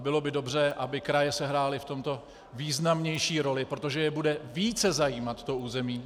Bylo by dobře, aby kraje sehrály v tomto významnější roli, protože je bude více zajímat to území.